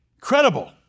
credible